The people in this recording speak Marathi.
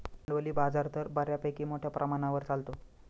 भांडवली बाजार तर बऱ्यापैकी मोठ्या प्रमाणावर चालतो